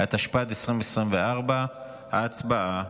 התשפ"ד 2024. הצבעה.